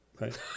Right